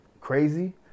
crazy